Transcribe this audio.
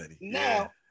Now